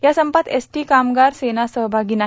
या संपात एसटी कामगार सेना सहभागी नाही